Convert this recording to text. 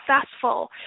successful